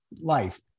life